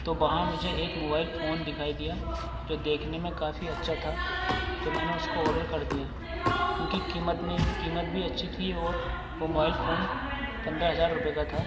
تو وہاں مجھے ایک موبائل فون دکھائی دیا جو دیکھنے میں کافی اچھا تھا تو میں نے اُس کو اوڈر کر دیا کیوں کہ قیمت میں قیمت بھی اچھی تھی اور وہ موبائل فون پندرہ ہزار روپے کا تھا